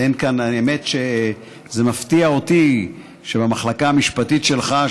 האמת היא שזה מפתיע אותי שבמחלקה המשפטית שלך,